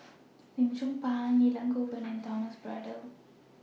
Lim Chong Pang Elangovan and Thomas Braddell